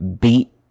beat